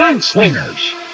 swingers